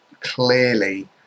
clearly